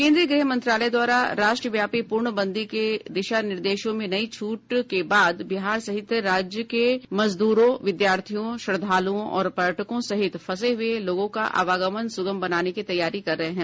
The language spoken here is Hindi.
केंद्रीय गृह मंत्रालय द्वारा राष्ट्रव्यापी पूर्णबंदी के दिशानिर्देशों में नई छूट के बाद बिहार सहित विभिन्न राज्य के मजदूरों विद्यार्थियों श्रद्धालुओं और पर्यटकों सहित फंसे हुए लोगों का आवागमन सुगम बनाने की तैयारी कर रहे हैं